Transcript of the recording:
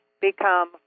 become